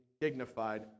dignified